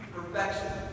Perfection